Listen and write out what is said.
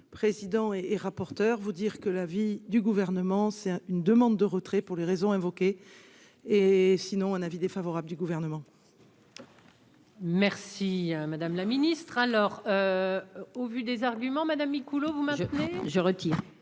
président et rapporteur vous dire que l'avis du gouvernement, c'est une demande de retrait pour les raisons évoquées et sinon un avis défavorable du gouvernement. Merci madame la ministre, alors au vu des arguments madame Micouleau, vous, monsieur, je retire,